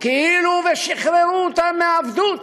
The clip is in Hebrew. כאילו שחררו אותם מעבדות,